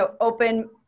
open